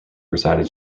resided